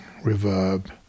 reverb